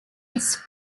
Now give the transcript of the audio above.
its